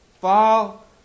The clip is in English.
Fall